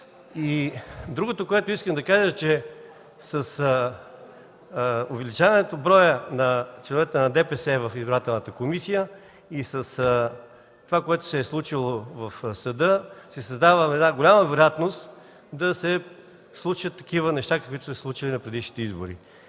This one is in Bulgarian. Другото, което искам да кажа, е, че с увеличаване броя на членовете на ДПС в Избирателната комисия и с това, което се е случило в съда, се създава една голяма вероятност да се случат такива неща, каквито са се случили на предишните избори.